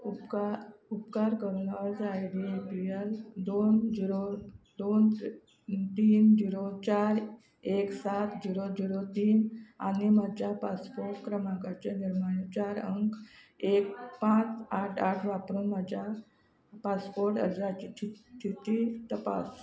उपकार उपकार करून अर्ज I D A P L दोन झिरो दोन तीन झिरो चार एक सात झिरो झिरो तीन आनी म्हज्या पासपोर्ट क्रमांकाचे निमाणे चार अंक एक पांच आठ आठ वापरून म्हज्या पासपोर्ट अर्जाची स्थिती तपास